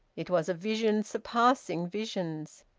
it was a vision surpassing visions.